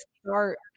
start